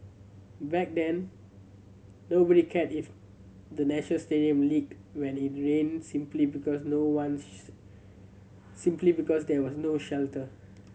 back then nobody cared if the National Stadium leaked when it rained simply because no ones simply because there was no shelter